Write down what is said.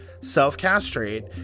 self-castrate